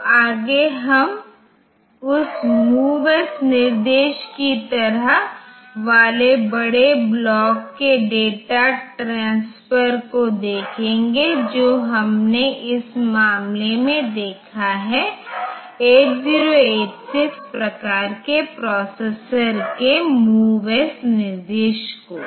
तो आगे हम उस MOVS निर्देश की तरह वाले बड़े ब्लॉक के डेटा ट्रांसफर को देखेंगे जो हमने उस मामले में देखा है 8086 प्रकार के प्रोसेसर के MOVS निर्देश को